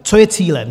Co je cílem?